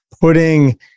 putting